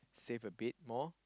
save a bit more